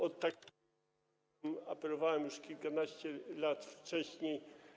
O to apelowałem już kilkanaście lat wcześniej.